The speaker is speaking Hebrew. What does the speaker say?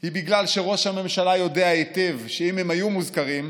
היא שראש הממשלה יודע היטב שאם הם היו מוזכרים,